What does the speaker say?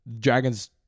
Dragons